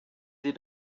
sie